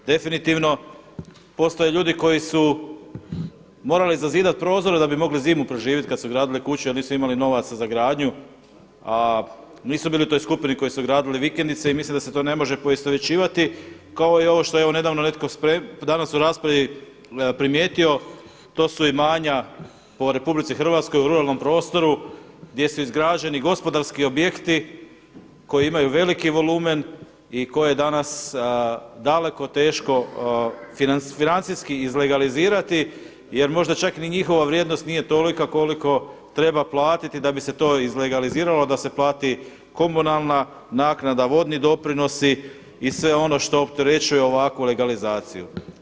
Definitivno postoje ljudi koji su morali zazidati prozore da bi mogli zimu preživjeti kada su gradili kuće jer nisu imali novaca za gradnju, a nisu bili u toj skupini koji su gradili vikendice i mislim da se to ne može poistovjećivati kao i ovo što je evo nedavno netko danas u raspravi primijetio to su imanja po Republici Hrvatskoj u ruralnom prostoru gdje su izgrađeni gospodarski objekti koji imaju veliki volumen i koje danas daleko teško financijski izlegalizirati jer možda čak niti njihova vrijednost nije tolika koliko treba platiti da bi se to izlegaliziralo da se plati komunalna naknada, vodni doprinosi i sve ono što opterećuje ovakvu legalizaciju.